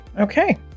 Okay